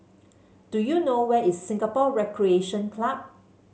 do you know where is Singapore Recreation Club